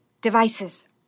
devices